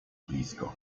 blisko